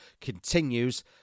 continues